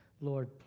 Lord